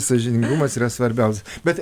sąžiningumas yra svarbiausia bet